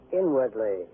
inwardly